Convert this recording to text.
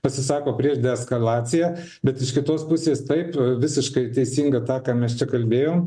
pasisako prieš deeskalaciją bet iš kitos pusės taip visiškai teisinga tą ką mes čia kalbėjom